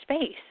space